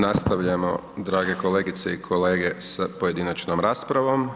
Nastavljamo drage kolegice i kolege sa pojedinačnom raspravom.